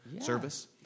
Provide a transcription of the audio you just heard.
service